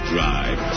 Drive